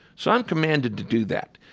so i'm commanded to do that.